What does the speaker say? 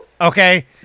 Okay